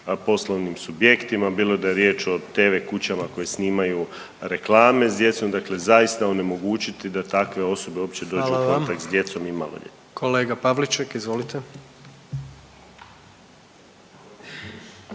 poslovnim subjektima, bilo da je riječ o tv kućama koje snimaju reklame s djecom. Dakle, zaista onemogućiti da takve osobe uopće dođu u kontakt sa djecom i maloljetnima. **Jandroković,